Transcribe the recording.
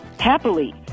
happily